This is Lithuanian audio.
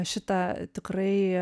šitą tikrai